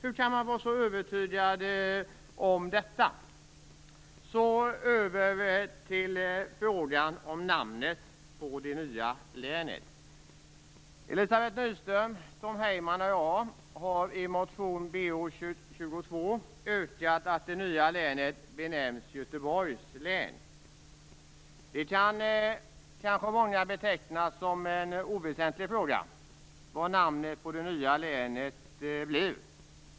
Hur kan man vara så övertygad om det? Sedan skall jag gå över till frågan om namnet på det nya länet. Elizabeth Nyström, Tom Heyman och jag har i motion Bo22 yrkat att det nya länet skall benämnas Göteborgs län. Många kanske betecknar frågan om vilket namn det nya länet skall ha som oväsentlig.